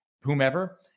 whomever